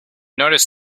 noticed